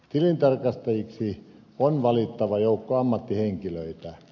tilintarkastajiksi on valittava joukko ammattihenkilöitä